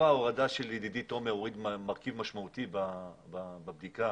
ידידי תומר הוריד מרכיב משמעותי בבדיקה